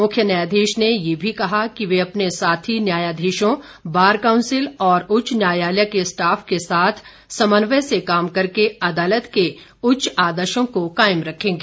मुख्य न्यायाधीश ने ये भी कहा कि वे अपने साथी न्यायाधीशों बार काउंसिल और उच्च न्यायालय के स्टाफ के साथ समन्वय से काम करके अदालत के उच्च आदर्शो को कायम रखेंगे